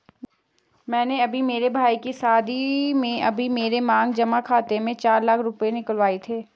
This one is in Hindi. मैंने अभी मेरे भाई के शादी में अभी मेरे मांग जमा खाते से ही चार लाख रुपए निकलवाए थे